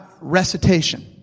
recitation